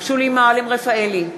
שולי מועלם-רפאלי,